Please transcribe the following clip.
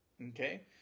okay